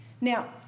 Now